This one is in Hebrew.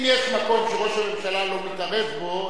אם יש מקום שראש הממשלה לא מתערב בו,